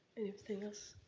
anything else?